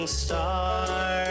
star